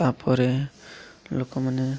ତା'ପରେ ଲୋକମାନେ